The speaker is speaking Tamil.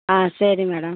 ஆ சரி மேடம்